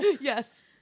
yes